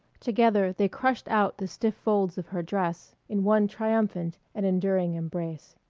together they crushed out the stiff folds of her dress in one triumphant and enduring embrace.